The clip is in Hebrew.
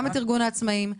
גם את ארגון העצמאים,